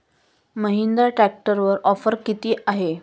महिंद्रा ट्रॅक्टरवर ऑफर किती आहे?